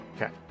Okay